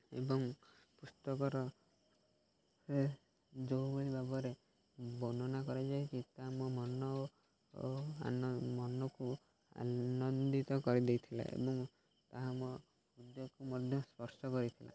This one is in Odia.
ଏବଂ ପୁସ୍ତକର ଯେଉଁଭଳି ଭାବରେ ବର୍ଣ୍ଣନା କରାଯାଇଛିି ତାହା ମୋ ମନ ଓ ଓ ମନକୁ ଆନନ୍ଦିତ କରିଦେଇଥିଲା ଏବଂ ତାହା ମୋ ହୃଦୟକୁ ମଧ୍ୟ ସ୍ପର୍ଶ କରିଥିଲା